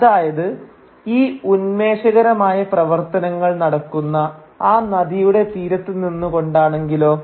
അതായത് ഈ ഉന്മേഷകരമായ പ്രവർത്തനങ്ങൾ നടക്കുന്ന ആ നദിയുടെ തീരത്തു നിന്ന് കൊണ്ടാണെങ്കിലോ